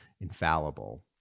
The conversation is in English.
infallible